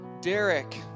Derek